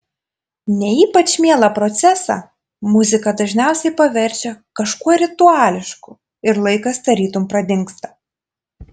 ne ypač mielą procesą muzika dažniausiai paverčia kažkuo rituališku ir laikas tarytum pradingsta